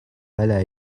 ولا